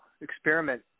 experiment